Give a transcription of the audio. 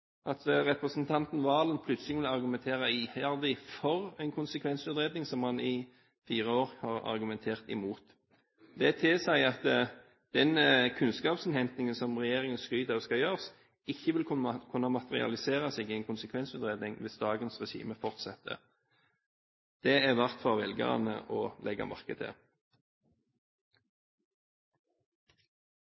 at representanten Serigstad Valen plutselig vil argumentere iherdig for en konsekvensutredning som han i fire år har argumentert imot. Det tilsier at den kunnskapsinnhentingen som regjeringen skryter av skal gjøres, ikke vil kunne materialisere seg i en konsekvensutredning hvis dagens regime fortsetter. Det er det verdt for velgerne å legge merke til.